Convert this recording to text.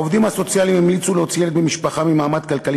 העובדים הסוציאליים המליצו להוציא ילד ממשפחה ממעמד כלכלי